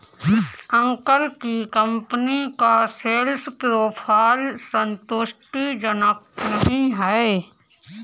uncle की company का sales profile संतुष्टिजनक नही है